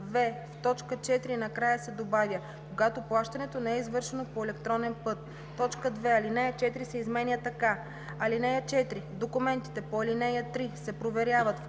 т. 4 накрая се добавя „когато плащането не е извършено по електронен път”. 2. Алинея 4 се изменя така: „(4) Документите по ал. 3 се проверяват,